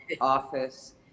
office